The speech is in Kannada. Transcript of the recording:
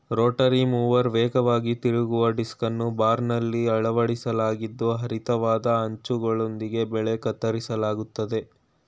ರೋಟರಿ ಮೂವರ್ ವೇಗವಾಗಿ ತಿರುಗುವ ಡಿಸ್ಕನ್ನು ಬಾರ್ನಲ್ಲಿ ಅಳವಡಿಸಲಾಗಿದ್ದು ಹರಿತವಾದ ಅಂಚುಗಳೊಂದಿಗೆ ಬೆಳೆ ಕತ್ತರಿಸಲಾಗ್ತದೆ